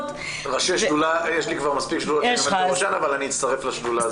יש לי כבר מספיק שדולות שאני עומד בראשן אבל אני אצטרף לשדולה.